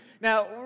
Now